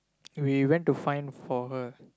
we went to find for her